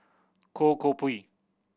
Goh Koh Pui